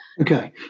okay